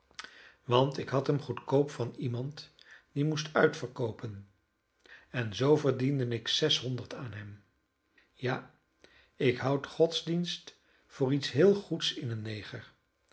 want ik had hem goedkoop van iemand die moest uitverkoopen en zoo verdiende ik zeshonderd aan hem ja ik houd godsdienst voor iets heel goeds in een neger